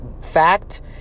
fact